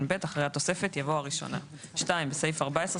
(ב) אחרי "התוספת" יבוא "הראשונה"; (2)בסעיף 14,